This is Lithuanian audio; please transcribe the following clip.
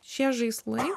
šie žaislai